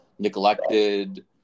neglected